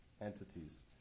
entities